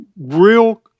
real